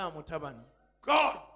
God